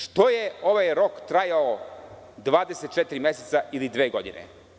Što je ovaj rok trajao 24 meseca ili dve godine?